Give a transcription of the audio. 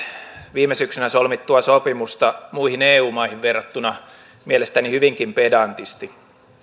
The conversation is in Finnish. viime syksynä solmittua sopimusta muihin eu maihin verrattuna mielestäni hyvinkin pedantisti